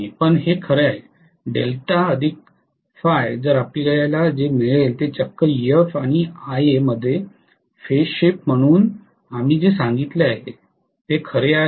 पण हे खरे तर आपल्याला जे मिळाले ते चक्क Ef आणि Ia मध्ये फेज शिफ्ट म्हणून आम्ही जे सांगितले ते खरे आहे